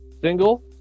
Single